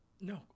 No